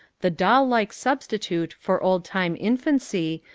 the doll-like substitute for old-time infancy,